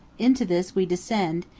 into this we descend,